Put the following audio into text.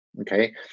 Okay